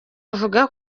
ahamya